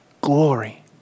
glory